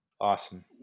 Awesome